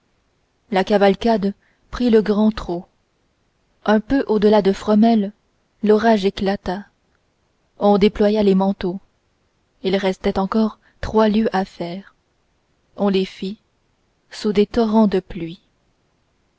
la cavalcade prit le grand trot un peu au-delà de fromelles l'orage éclata on déploya les manteaux il restait encore trois lieues à faire on les fit sous des torrents de pluie